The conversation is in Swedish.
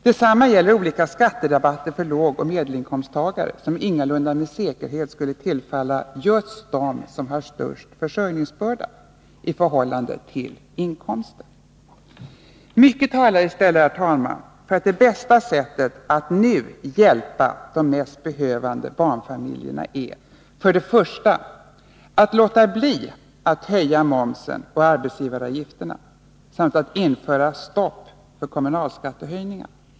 Detsamma gäller olika skatterabatter för lågoch medelinkomsttagare, rabatter som ingalunda med säkerhet skulle tillfalla just dem som har den största försörjningsbördan i förhållande till inkomsten. Mycket talar i stället för, herr talman, att det bästa sättet att nu hjälpa de mest behövande barnfamiljerna är följande: För det första att låta bli att höja momsen och arbetsgivaravgifterna samt att införa stopp för kommunalskattehöjningar.